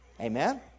Amen